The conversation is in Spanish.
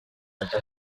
alta